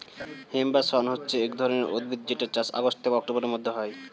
hemp বা শণ হচ্ছে এক ধরণের উদ্ভিদ যেটার চাষ আগস্ট থেকে অক্টোবরের মধ্যে হয়